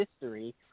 history